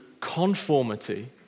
conformity